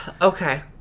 Okay